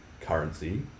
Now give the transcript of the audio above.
currency